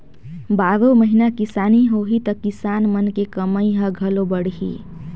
बारो महिना किसानी होही त किसान मन के कमई ह घलो बड़ही